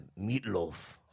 meatloaf